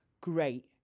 great